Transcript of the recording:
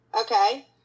Okay